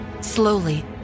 Slowly